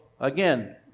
again